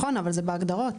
--- נכון, אבל זה בהגדרות,